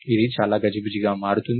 ఇది చాలా గజిబిజిగా మారుతుంది